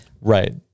Right